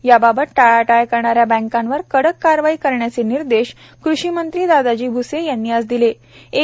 याबाबत टाळाटाळ करणाऱ्या बँकांवर कडक कारवाई करण्याचे निर्देश कृषीमंत्री दादाजी भ्से यांनी आज दिलेत